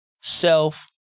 self